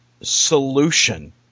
solution